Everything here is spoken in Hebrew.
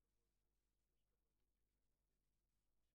וכמו שאמרתי גם בהזדמנות אחרת,